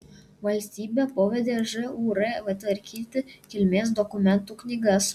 valstybė pavedė žūr tvarkyti kilmės dokumentų knygas